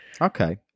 okay